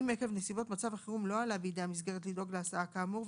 אם עקב נסיבות מצב החירום לא עלה בידי המסגרת לדאוג להסעה כאמור,